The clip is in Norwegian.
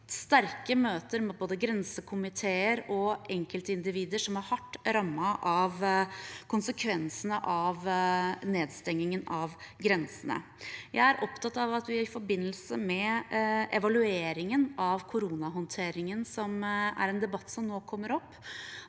sterke møter med både grensekomiteer og enkeltindivider som ble hardt rammet av konsekvensene av nedstengingen av grensene. Jeg er opptatt av at vi i forbindelse med evalueringen av koronahåndteringen, som er en debatt som nå kommer opp,